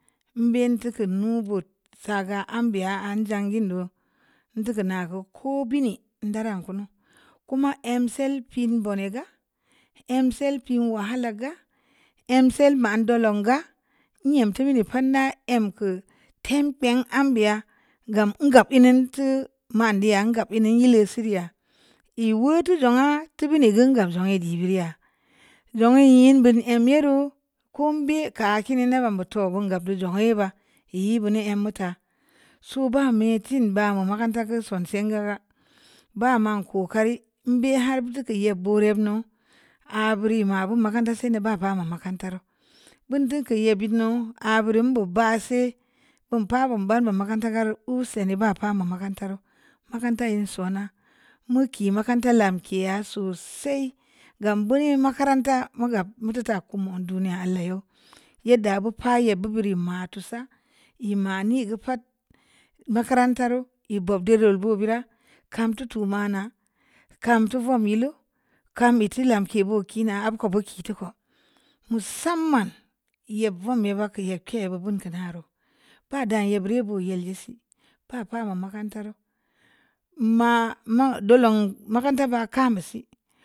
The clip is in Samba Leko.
Mbe'n yooku nu boot saga am be'a 'a’ jangindo'o tuku na gə ko bini daran kunu koma əm se'l pin nbu ne’ ga əm se'l pin wahala ga əm se'l ma dollon ga nyem tube’ ni fanda əm kə tem pem amb'e'a gam e’ gab e’ ni tu man da'a e’ gab nne ye'li sureu u wu too jung ha tubuni gə gab zeu ne’ i bireu'a zə e’ nmeru kom bi kə kini na bab bu too vun gap too jung'e’ ba e’ bi ni nyem ta so ba me’ tin ba'un makarantəu sonse’ gə ga ba man ko kari mbe har tuku re’ bureu no abu reu ma bo makaranta se’ de’ ba bama makarantaeu bun do'o kə e’ bi no 'a’ borun bab ba si vum pa umpa no makaranta gar li sai ni ba pa ma makaranta lamke'a sosai gam biri makaranta mu gab mu to tap kamu duniya allah'o’ ye'ddə mu pa e’ buburi matu sa ni mae’ gə pat makarnataru e’ bob dole’ bubira kam to'to’ mana kam vulo mihu kamme't to’ lamke’ bo’ kina a’ ko bo ke'i too’ ko musanman ea vom nyeba ke’ bobun kinaru ba da e’ birin buru’ bu yele’ si ba pamu makaranta reu ma mu don long makaranta va kam si.